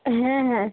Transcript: হ্যাঁ হ্যাঁ